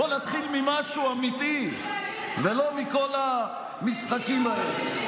בואו נתחיל ממשהו אמיתי, ולא כל המשחקים האלה.